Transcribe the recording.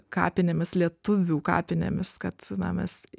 kapinėmis lietuvių kapinėmis kad na mes